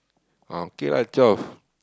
okay lah twelve